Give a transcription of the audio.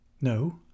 No